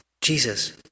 Jesus